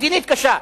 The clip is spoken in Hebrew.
הכרעה מדינית קשה.